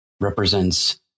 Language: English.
represents